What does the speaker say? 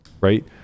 right